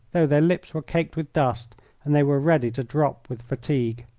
though their lips were caked with dust and they were ready to drop with fatigue.